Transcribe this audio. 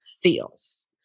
feels